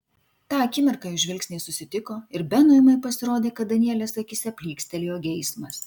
tą akimirką jų žvilgsniai susitiko ir benui ūmai pasirodė kad danielės akyse plykstelėjo geismas